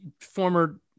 former –